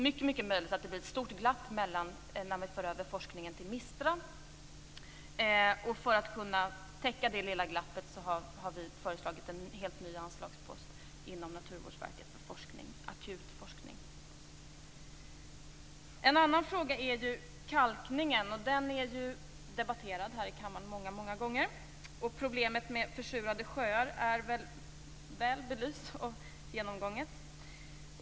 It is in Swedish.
Det är möjligt att det blir ett stort glapp när forskningen förs över till MISTRA. För att kunna täcka det lilla glappet föreslår vi inom ramen för Naturvårdsverket en helt ny anslagspost för akut forskning. En annan fråga är den om kalkningen, en fråga som har debatterats många gånger i denna kammare. Problemet med försurade sjöar är väl belyst och genomgånget.